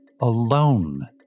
alone